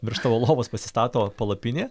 virš tavo lovos pasistato palapinė